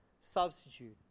substitute